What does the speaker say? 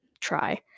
try